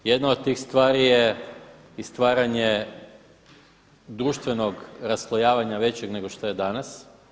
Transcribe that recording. Jedna od tih stvari je i stvaranje društvenog raslojavanja većeg nego što je danas.